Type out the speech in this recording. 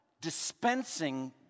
dispensing